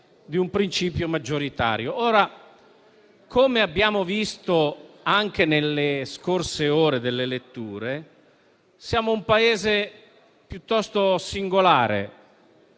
Come abbiamo visto anche nelle scorse letture, siamo un Paese piuttosto singolare.